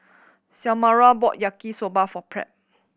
Xiomara bought Yaki Soba for Pratt